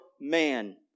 man